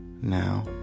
Now